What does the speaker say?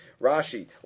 Rashi